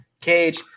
cage